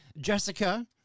Jessica